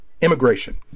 immigration